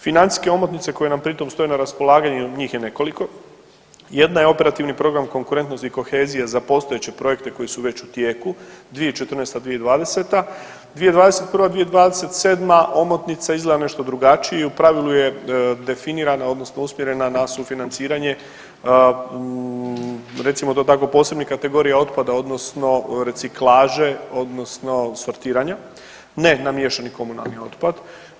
Financijske omotnice koje nam pri tom stoje na raspolaganju, njih je nekoliko jedna je Operativni program Konkurentnost i kohezija za postojeće projekte koji su već u tijeku 2014. – 2020., 2021. - 2027. omotnica izgleda nešto drugačije i u pravilu je definirana odnosno usmjerena na sufinanciranje recimo to tako posebnih kategorija otpada odnosno reciklaže odnosno sortiranja, ne na miješani komunalni otpad.